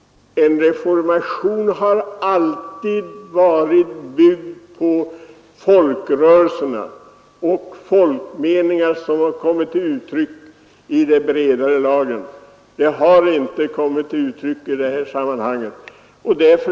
En reformation har alltid varit byggd på folkrörelserna och på de meningar som kommit till uttryck i de bredare lagren, och det är inte fallet här.